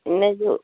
इनजो